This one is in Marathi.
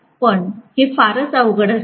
पण हे फारच अवजड असेल